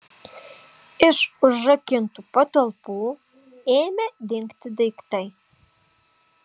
iš užrakintų patalpų ėmė dingti daiktai